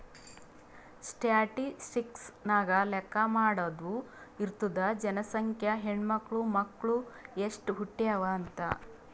statistics ನಾಗ್ ಲೆಕ್ಕಾ ಮಾಡಾದು ಇರ್ತುದ್ ಜನಸಂಖ್ಯೆ, ಹೆಣ್ಮಕ್ಳು, ಮಕ್ಕುಳ್ ಎಸ್ಟ್ ಹುಟ್ಯಾವ್ ಅಂತ್